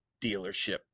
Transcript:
dealership